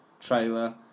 trailer